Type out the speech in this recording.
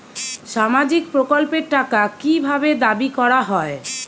সামাজিক প্রকল্পের টাকা কি ভাবে দাবি করা হয়?